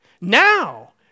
Now